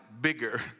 bigger